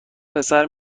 پسر